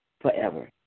forever